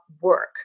work